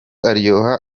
aryoha